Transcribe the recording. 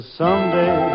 someday